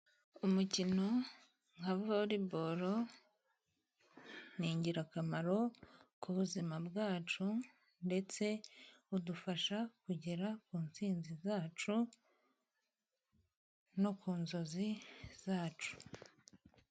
Umukino nka voreboro ni ingirakamaro ku buzima bwacu, ndetse udufasha kugera ku ntsinzi yacu no ku nzozi zacu.